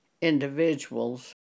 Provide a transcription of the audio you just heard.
individuals